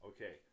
Okay